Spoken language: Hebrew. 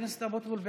חבר הכנסת אבוטבול,